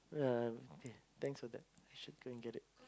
yeah okay thanks for that I should go and get it